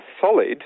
solid